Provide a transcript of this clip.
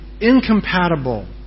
incompatible